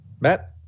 Matt